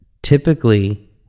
Typically